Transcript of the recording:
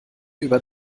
über